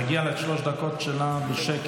מגיע לה את שלוש הדקות שלה בשקט.